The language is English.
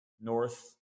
North